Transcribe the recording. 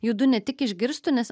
judu ne tik išgirstų nes